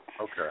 Okay